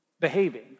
Behaving